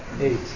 eight